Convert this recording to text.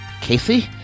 Casey